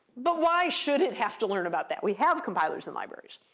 but why should it have to learn about that? we have compilers and libraries.